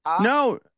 no